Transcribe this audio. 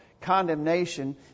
condemnation